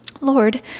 Lord